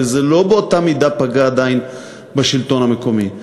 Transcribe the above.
וזה עדיין לא פגע באותה מידה בשלטון המקומי.